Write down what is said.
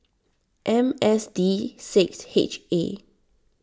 M S D six H A